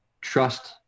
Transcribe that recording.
trust